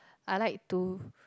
I like to